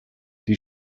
die